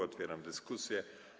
Otwieram dyskusję.